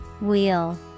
Wheel